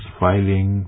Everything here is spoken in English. filing